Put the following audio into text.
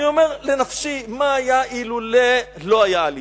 אני אומר לנפשי מה היה אילולא היה אליבי,